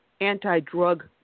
anti-drug